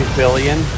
billion